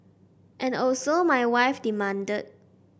and also my wife demanded